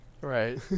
right